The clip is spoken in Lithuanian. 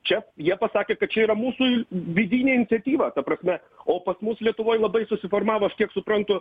čia jie pasakė kad čia yra mūsų vidinė iniciatyva ta prasme o pas mus lietuvoj labai susiformavo aš kiek suprantu